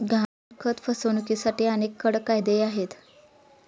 गहाणखत फसवणुकीसाठी अनेक कडक कायदेही आहेत